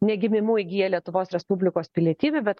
ne gimimu įgyja lietuvos respublikos pilietybę bet